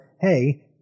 Hey